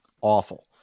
Awful